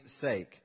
sake